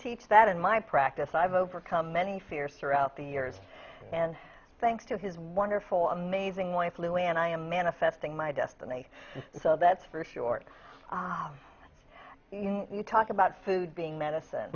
teach that in my practice i've overcome many fears throughout the years and thanks to his wonderful amazing life lou and i am manifesting my destiny so that's for sure you talk about food being medicine